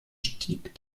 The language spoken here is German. stieg